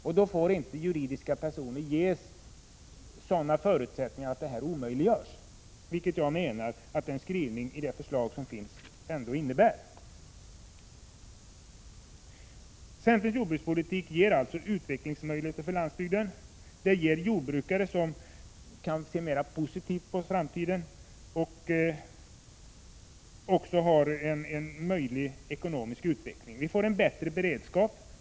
Juridiska personer får inte ges sådana förutsättningar att detta omöjliggörs, vilket jag anser att skrivningen i det föreliggande förslaget innebär. Centerns jordbrukspolitik ger alltså utvecklingsmöjligheter för landsbygden. Den gör att jordbrukare kan se mera positivt på framtiden och har en möjlig ekonomisk utveckling. Beredskapen blir bättre.